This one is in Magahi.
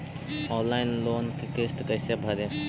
ऑनलाइन लोन के किस्त कैसे भरे?